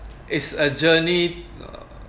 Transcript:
is a journey uh